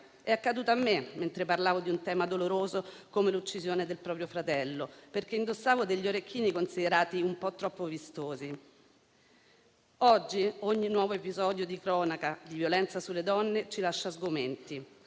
è accaduto a me mentre parlavo di un tema doloroso, come l'uccisione del proprio fratello, perché indossavo degli orecchini considerati un po' troppo vistosi. Oggi, ogni nuovo episodio di cronaca e di violenza sulle donne ci lascia sgomenti.